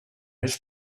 his